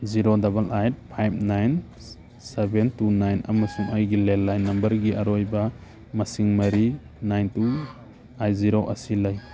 zero double eight five nine seven two nine ꯑꯃꯁꯨꯡ ꯑꯩꯒꯤ landline ꯅꯝꯕꯔꯒꯤ ꯑꯔꯣꯏꯕ ꯃꯁꯤꯡ ꯃꯔꯤ ꯅꯥꯏꯟ ꯇꯨ ꯑꯩꯠ ꯖꯤꯔꯣ ꯑꯁꯤ ꯂꯩ